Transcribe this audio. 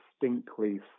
distinctly